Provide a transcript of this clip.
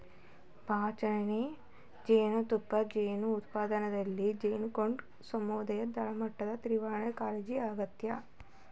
ಬಾಚಣಿಗೆ ಜೇನುತುಪ್ಪದಲ್ಲಿ ಜೇನು ಉತ್ಪಾದನೆಯಲ್ಲಿ, ಜೇನುನೊಣದ್ ಸಮೂಹನ ತಡೆಗಟ್ಟಲು ತೀವ್ರಕಾಳಜಿ ಅಗತ್ಯ